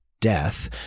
death